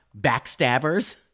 Backstabbers